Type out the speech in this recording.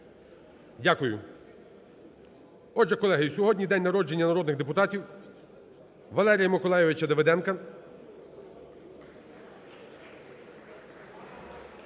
Дякую.